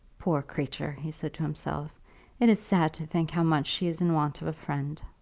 poor creature! he said to himself it is sad to think how much she is in want of a friend.